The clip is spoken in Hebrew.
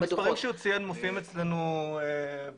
המספרים שהוא ציין מופיעים אצלנו בדוח,